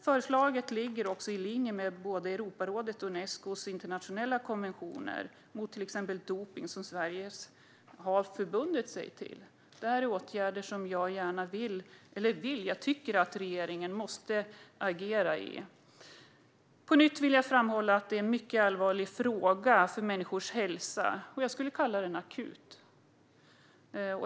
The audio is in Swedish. Förslaget ligger i linje med både Europarådets och Unescos internationella konventioner, mot till exempel dopning, som Sverige har förbundit sig till. Regeringen måste agera när det gäller de här åtgärderna. Jag vill på nytt framhålla att det är en mycket allvarlig fråga för människors hälsa. Jag skulle vilja kalla den akut.